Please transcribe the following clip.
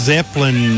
Zeppelin